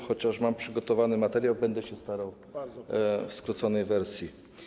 Chociaż mam przygotowany materiał, będę się starał przedstawić go w skróconej wersji.